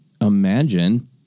imagine